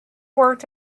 worked